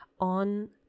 on